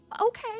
Okay